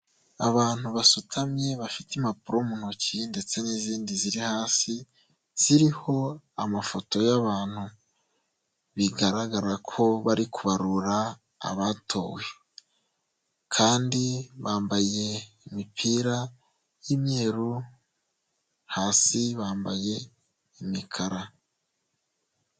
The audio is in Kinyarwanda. Abantu basutamye bafite impapuro mu ntoki ndetse n'izindi ziri hasi ziriho amafoto y'abantu, bigaragara ko bari kubarura abatowe kandi bambaye imipira y'imyeru, hasi bambaye imikara.